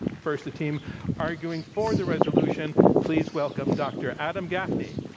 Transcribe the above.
first, the team arguing for the resolution, please welcome dr. adam gaffney.